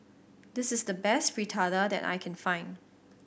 this is the best Fritada that I can find